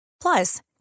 Plus